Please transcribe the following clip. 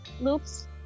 loops